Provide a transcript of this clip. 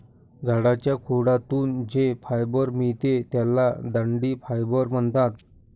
झाडाच्या खोडातून जे फायबर मिळते त्याला दांडी फायबर म्हणतात